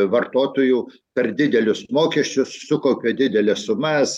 vartotojų per didelius mokesčius sukaupė dideles sumas